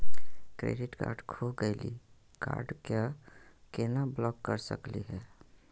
Credit card खो गैली, card क केना ब्लॉक कर सकली हे?